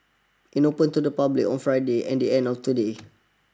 it opened to the public on Friday and the end of today